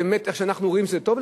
ובאמת אנחנו רואים שזה טוב,